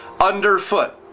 underfoot